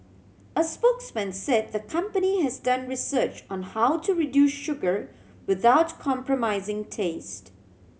a spokesman say the company has done research on how to reduce sugar without compromising taste